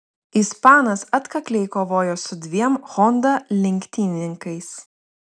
ispanas atkakliai kovojo su dviem honda lenktynininkais